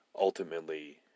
ultimately